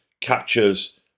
captures